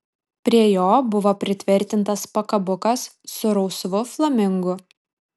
prie jo buvo pritvirtintas pakabukas su rausvu flamingu